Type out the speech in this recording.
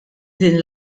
din